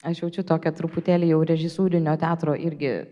aš jaučiu tokią truputėlį jau režisūrinio teatro irgi